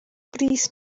bris